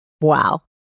wow